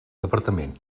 departament